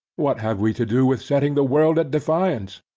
what have we to do with setting the world at defiance?